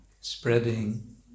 spreading